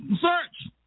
search